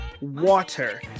water